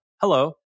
hello